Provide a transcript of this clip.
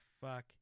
fuck